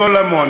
סולומון,